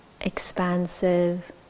expansive